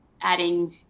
adding